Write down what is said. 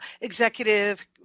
executive